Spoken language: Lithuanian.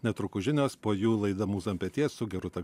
netrukus žinios po jų laida mūza ant peties su geruta